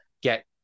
get